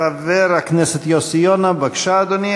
חבר הכנסת יוסי יונה, בבקשה, אדוני.